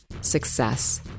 success